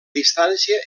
distància